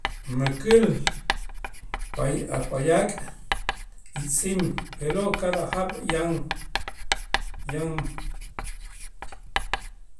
Mäkäl pay a' päyak y tziim je'lo' cada jaab' yan yan